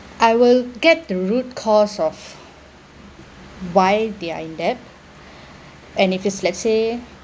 I will get the root cause of why they are in debt and if it let's say